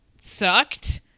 sucked